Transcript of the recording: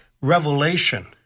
Revelation